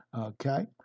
Okay